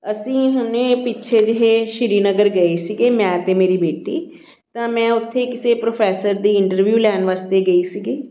ਅਸੀਂ ਹੁਣੇ ਪਿੱਛੇ ਜਿਹੇ ਸ਼੍ਰੀਨਗਰ ਗਏ ਸੀਗੇ ਮੈਂ ਅਤੇ ਮੇਰੀ ਬੇਟੀ ਤਾਂ ਮੈਂ ਉੱਥੇ ਕਿਸੇ ਪ੍ਰੋਫੈਸਰ ਦੀ ਇੰਟਰਵਿਊ ਲੈਣ ਵਾਸਤੇ ਗਈ ਸੀਗੀ